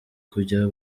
kujya